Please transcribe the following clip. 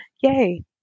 yay